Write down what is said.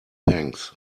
thanks